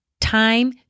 time